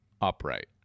upright